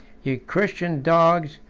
ye christian dogs,